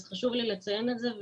חשוב לי לציין את זה.